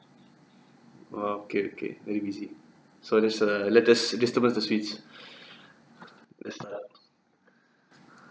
!wah! okay okay very busy so let's err let us disable the switch let's start